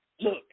look